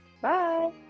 bye